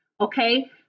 okay